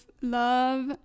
love